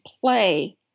play